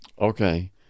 Okay